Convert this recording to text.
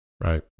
right